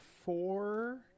four